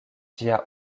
ĝia